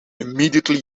immediately